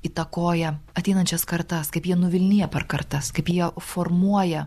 įtakoja ateinančias kartas kaip jie nuvilnija per kartas kaip jie formuoja